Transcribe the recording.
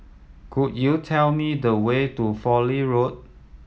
could you tell me the way to Fowlie Road